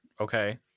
okay